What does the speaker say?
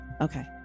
okay